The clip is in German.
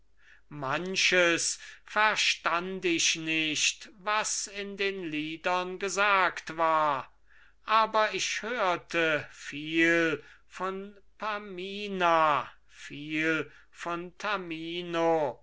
manches verstand ich nicht was in den liedern gesagt war aber ich hörte viel von pamina viel von tamino